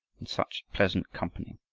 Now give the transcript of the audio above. and such pleasant company.